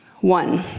One